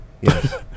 Yes